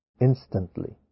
instantly